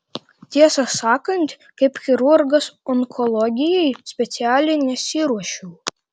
tiesą sakant kaip chirurgas onkologijai specialiai nesiruošiau